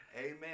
Amen